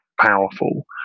powerful